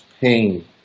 pain